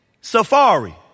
Safari